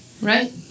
right